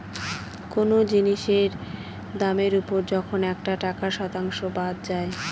কোনো জিনিসের দামের ওপর যখন একটা টাকার শতাংশ বাদ যায়